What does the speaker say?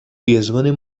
piezvani